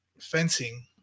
fencing